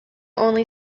only